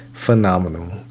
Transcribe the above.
Phenomenal